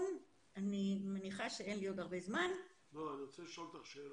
אני רוצה לשאול אותך שאלה.